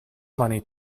money